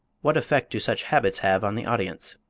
what effect do such habits have on the audience?